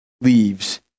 leaves